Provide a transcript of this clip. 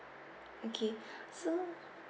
okay so